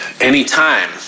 anytime